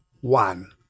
one